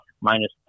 minus